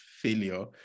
failure